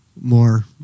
more